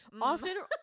often